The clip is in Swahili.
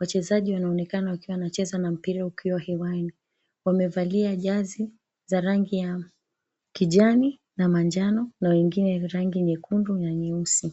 Wachezaji wanaoneka wakiwa wanacheza na mpira ukiwa hewani. Wanevalia jazi za rangi ya kijani na manjano na wengine rangi nyekundu na nyeusi.